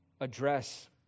address